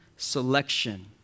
selection